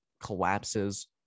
Collapses